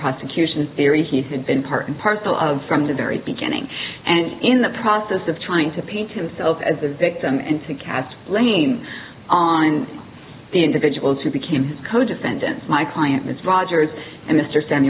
prosecution theory he had been part and parcel of from the very beginning and in the process of trying to paint himself as the victim and to cast blame on the individuals who became co defendants my client ms rogers and mr s